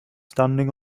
standing